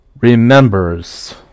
remembers